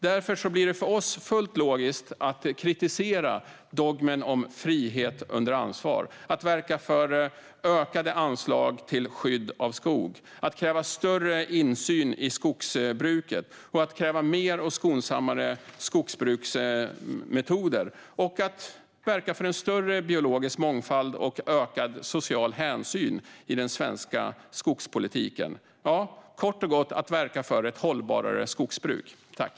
Därför blir det för oss fullt logiskt att kritisera dogmen om frihet under ansvar och verka för ökade anslag till skydd av skog, kräva större insyn i skogsbruket, kräva mer och skonsammare skogsbruksmetoder samt verka för en större biologisk mångfald och ökad social hänsyn i den svenska skogspolitiken - ja, kort och gott verka för ett hållbarare skogsbruk.